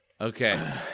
Okay